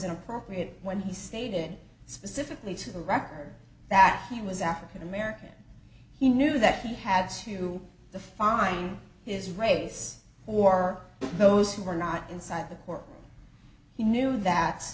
inappropriate when he stated specifically to the record that he was african american he knew that he had to the fine his race or those who were not inside the court he knew that